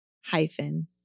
hyphen